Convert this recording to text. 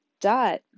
dot